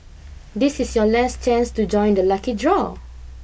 this is your last chance to join the lucky draw